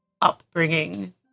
upbringing